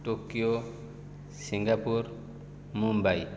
Tokyo Singapore Mumbai